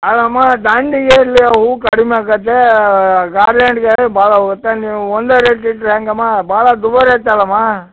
ಅಲ್ಲ ಅಮ್ಮೋರೆ ದಂಡಿಗೆ ಇಲ್ಲಿ ಹೂವು ಕಡಿಮೆ ಆಗುತ್ತೆ ಗಾರ್ಲ್ಯಾಂಡಿಗೆ ಭಾಳ ಹೋಗುತ್ತೆ ನೀವು ಒಂದೇ ರೇಟ್ ಇಟ್ಟರೆ ಹೇಗಮ್ಮ ಭಾಳ ದುಬಾರಿ ಐತಲ್ಲಮ್ಮಾ